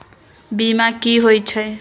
बीमा कि होई छई?